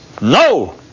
No